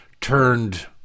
turned